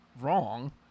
wrong